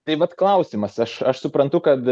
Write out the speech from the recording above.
tai vat klausimas aš aš suprantu kad